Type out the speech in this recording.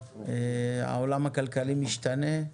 העולם הכלכלי משתנה,